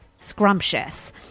scrumptious